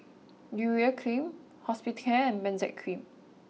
Urea cream Hospicare and Benzac cream